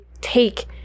take